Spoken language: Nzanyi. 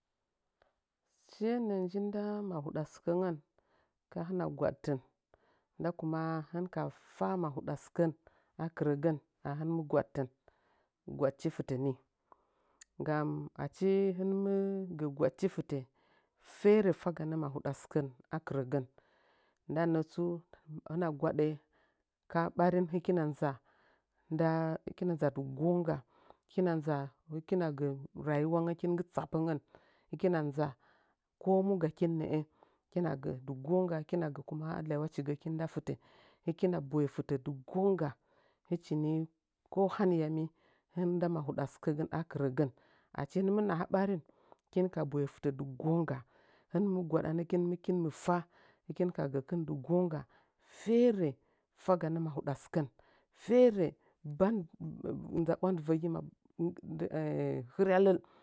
Shiye nə ndinnda mahuɗa sɨkə ngən ka hɨna gwaɗtɨn nda kuma hɨn ka fa mahuɗə sɨkən akɨrəgən ahɨnmi gwaɗtɨn gwadchi fɨtəni gam achi hɨnmɨ gə gwadchi fitə fere faganə mahuɗu sɨkan akɨrag ndan nətsu hina gwaɗa ka ɓarin hɨkina nza nda hɨkina ma nda gongga hɨkima nza hiəking go rayuwan gkin nggi tsoppə ngən hɨkina nza komu gakin nəə kina gə də gonga kina gə kuma a by wachi gəkin nda fitə hɨkina boye fitə dɨ gonga hɨchi ni ko haniyar mi hɨn nda mahuda sɨkən akirogən achi hɨn mɨ naha bariu kin ka boye fɨtə ndɨ gonga hɨn mt gwaɗankin hɨkin mɨfa hikin ka gəkɨn dɨ gonga fere faganɗ mahuɗa sɨkəu fere ban nza bwandivəgi hiryallɨ